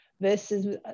versus